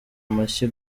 amashyi